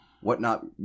whatnot